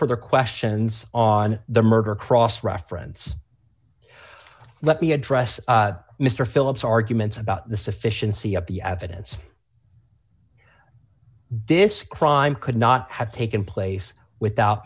further questions on the murder cross reference let me address mr philips arguments about the sufficiency of the evidence this crime could not have taken place without